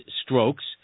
strokes